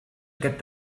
aquest